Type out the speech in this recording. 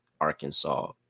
Arkansas